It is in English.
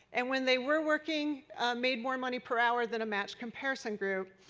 and when they were working made more money per hour than a matched comparison group.